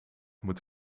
moet